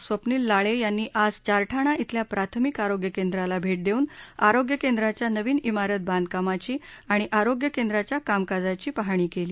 स्वप्नील लाळे यांनी आज चारठाणा विल्या प्राथमिक आरोग्य केंद्राला भेट देऊन आरोग्य केंद्राच्या नवीन शिरत बांधकामाची आणि आरोग्य केंद्राच्या कामकाजाची पाहणी केली